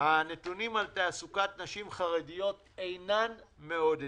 הנתונים על תעסוקת נשים חרדיות אינם מעודדים.